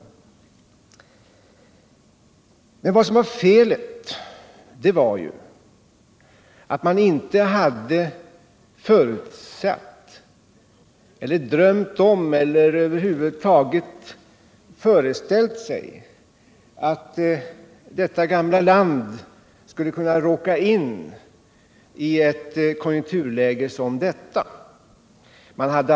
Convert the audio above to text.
Felet var att socialdemokraterna inte förutsatte, drömde om eller över huvud taget föreställde sig att detta gamla land skulle kunna råka in i ett konjunkturläge som det nu rådande.